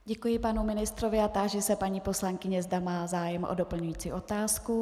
Děkuji panu ministrovi a táži se paní poslankyně, zda má zájem o doplňující otázku.